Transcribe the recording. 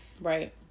right